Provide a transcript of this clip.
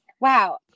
Wow